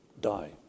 die